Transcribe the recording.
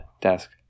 desk